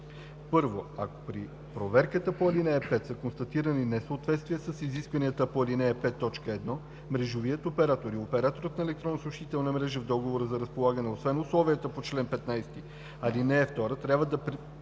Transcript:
като: 1.ако при проверката по ал. 5 са констатирани несъответствия с изискванията по ал. 5, т. 1, мрежовият оператор и операторът на електронна съобщителна мрежа в договора за разполагане освен условията по чл. 15, ал. 2 трябва да предвидят